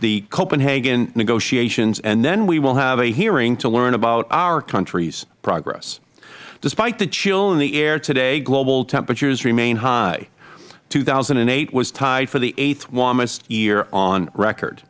the copenhagen negotiations and then we will have a hearing to learn about our country's progress despite the chill in the air today global temperatures remain high two thousand eight was tied for the eighth warmest year on record